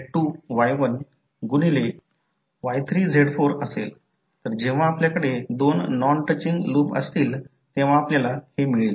फक्त कॉइलकडे पहा करंटची दिशा पहा कॉइल करंटच्या दिशेने पकडा आणि अंगठ्याची दिशा ही फ्लक्सची दिशा असेल आणि या बाजूचे व्होल्टेज या बाजूच्या व्होल्टेजमध्ये दिले आहे आशा आहे की हे समजले असेल